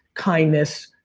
kindness,